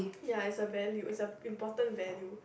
ya is a value is an important value